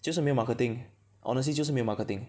就是没有 marketing honestly 就是没有 marketing